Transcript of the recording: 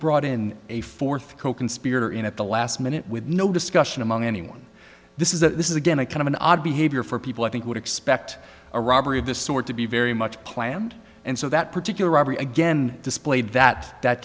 brought in a fourth coconspirator in at the last minute with no discussion among anyone this is that this is again a kind of an odd behavior for people i think would expect a robbery of this sort to be very much planned and so that particular robbery again displayed that that